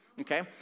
Okay